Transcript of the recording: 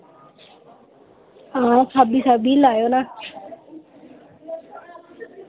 हां स्हाबी स्हाबी लाएओ ना